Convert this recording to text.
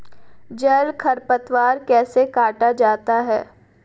जल खरपतवार कैसे काटा जाता है?